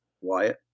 Wyatt